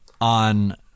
on